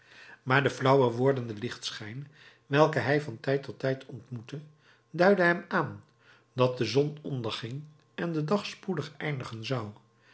maar de flauwer wordende lichtschijn welken hij van tijd tot tijd ontmoette duidde hem aan dat de zon onderging en de dag spoedig eindigen zou